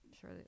sure